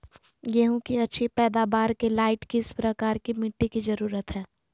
गेंहू की अच्छी पैदाबार के लाइट किस प्रकार की मिटटी की जरुरत है?